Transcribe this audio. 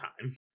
time